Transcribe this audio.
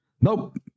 Nope